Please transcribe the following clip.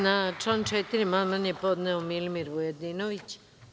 Na član 4. amandman je podneo Milimir Vujadinović.